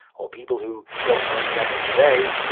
or people who don't know any better today,